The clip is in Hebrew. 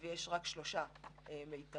יש אמנם שלושה מיתרים,